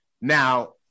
Now